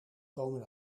komen